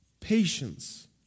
patience